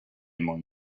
among